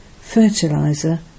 Fertilizer